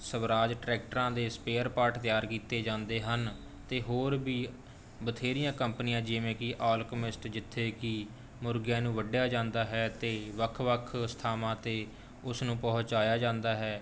ਸਵਰਾਜ ਟਰੈਕਟਰਾਂ ਦੇ spare part ਤਿਆਰ ਕੀਤੇ ਜਾਂਦੇ ਹਨ ਅਤੇ ਹੋਰ ਵੀ ਬਥੇਰੀਆਂ ਕੰਪਨੀਆਂ ਜਿਵੇਂ ਕਿ ਆਲਕਮਿਸਟ ਜਿੱਥੇ ਕਿ ਮੁਰਗਿਆਂ ਨੂੰ ਵੱਢਿਆ ਜਾਂਦਾ ਹੈ ਅਤੇ ਵੱਖ ਵੱਖ ਥਾਵਾਂ 'ਤੇ ਉਸਨੂੰ ਪਹੁੰਚਾਇਆ ਜਾਂਦਾ ਹੈ